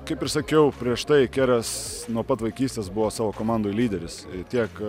kaip ir sakiau prieš tai keras nuo pat vaikystės buvo savo komandoj lyderis tiek